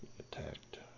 attacked